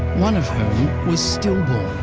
one of whom was stillborn.